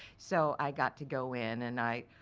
so i got to go in and i